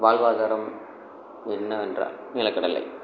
வாழ்வாதாரம் என்னவென்றால் நிலக்கடலை